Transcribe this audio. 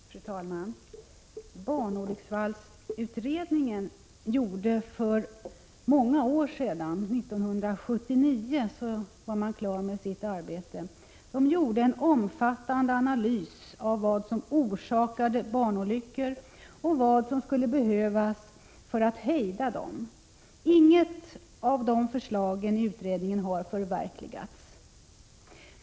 Fru talman! Barnolycksfallsutredningen gjorde för många år sedan — 1979 var den klar med sitt arbete — en omfattande analys av vad som orsakade barnolyckor och vad som skulle behövas för att hejda dem. Inget av förslagen i utredningen har förverkligats.